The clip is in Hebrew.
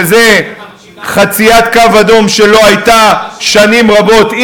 שזו חציית קו אדום שלא הייתה שנים רבות,